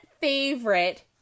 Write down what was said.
favorite